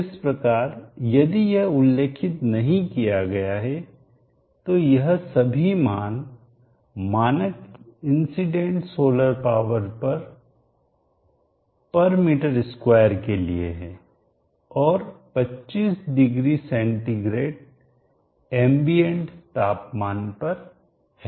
इस प्रकार यदि यह उल्लेखित नहीं किया गया है तो यह सभी मान मानक इंसिडेंट सोलर पावर पर मीटर स्क्वायर के लिए है और 25 डिग्री सेंटीग्रेड एंबिएंट व्यापकतापमान पर है